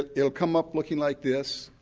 ah it'll come up looking like this.